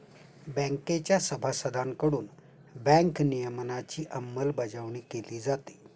बँकेच्या सभासदांकडून बँक नियमनाची अंमलबजावणी केली जाते